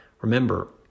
Remember